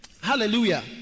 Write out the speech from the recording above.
hallelujah